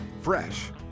Fresh